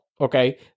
Okay